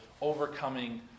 overcoming